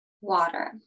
water